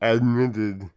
Admitted